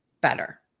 better